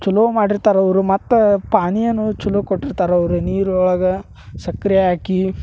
ಛಲೋ ಮಾಡಿರ್ತಾರೆ ಅವರು ಮತ್ತೆ ಪಾನೀಯನೂ ಛಲೋ ಕೊಟ್ಟಿರ್ತಾರೆ ಅವರು ನೀರು ಒಳ್ಗ ಸಕ್ಕರೆ ಹಾಕಿ